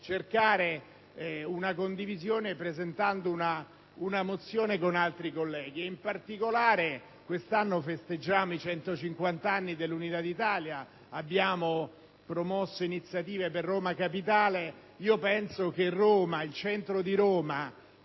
cercare una condivisione, presentando una mozione con altri colleghi. In particolare, quest'anno festeggiamo i 150 anni dell'Unità d'Italia. Abbiamo promosso iniziative per Roma capitale, e io ritengo che Roma - il centro di Roma